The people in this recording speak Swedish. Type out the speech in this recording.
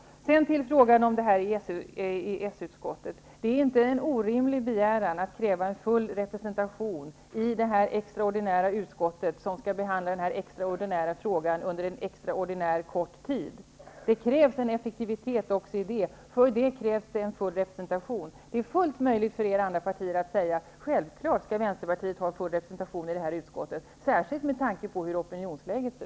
Sedan till frågan om EES-utskottet. Det är inte en orimlig begäran att kräva en full representation i det extraordinära utskott som skall behandla den extraordinära frågan under en extraordinärt kort tid. Det krävs en effektivitet också i det, och för det krävs en full representation. Det är fullt möjligt för er andra att säga: Självklart skall Vänsterpartiet ha en full representation i det här utskottet, särskilt med tanke på hur opinionsläget är.